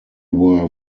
were